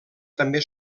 també